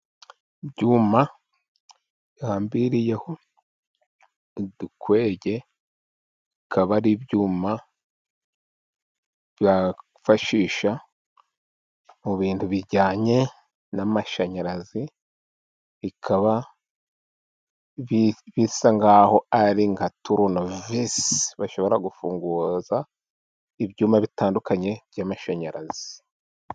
Ibyuma bihambiriyeho udukwege bikaba ari ibyuma byafashishwa mu bintu bijyanye n'amashanyarazi, bikaba bisa nkaho ari nka turunovisi bashobora gufunguza ibyuyuma bitandukanye by'amashanyarazi.